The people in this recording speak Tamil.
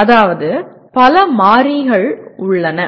அதாவது பல மாறிகள் உள்ளன